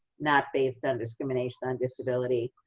not based on discrimination, on disability.